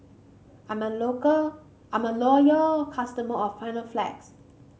I'm a local I'm a loyal customer of Panaflex